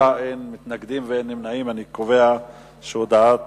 הצעת ועדת